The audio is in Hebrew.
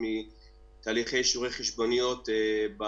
לשלם כל חשבונית שאפשר לשלם ולהוציא אותה לדרך.